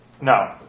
No